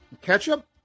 Ketchup